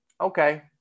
okay